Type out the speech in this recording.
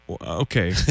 Okay